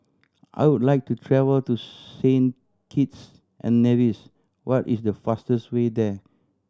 I would like to travel to Saint Kitts and Nevis what is the fastest way there